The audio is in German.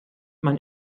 man